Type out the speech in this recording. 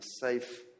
safe